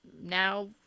now